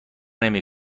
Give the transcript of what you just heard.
نمی